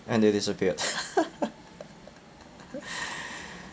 and they disappeared